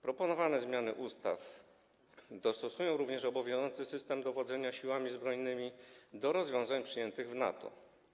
Proponowane zmiany ustaw dostosują również obowiązujący system dowodzenia Siłami Zbrojnymi do rozwiązań przyjętych w NATO.